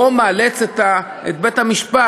או מאלץ את בית-המשפט,